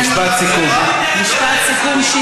עד שלא תהיה הפרדה ברורה, משפט סיכום.